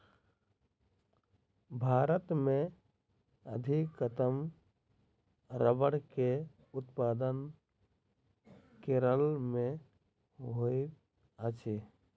भारत मे अधिकतम रबड़ के उत्पादन केरल मे होइत अछि